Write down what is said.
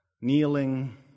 kneeling